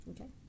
okay